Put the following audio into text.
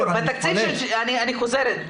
אני חוזרת,